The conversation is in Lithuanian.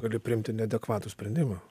gali priimti neadekvatų sprendimą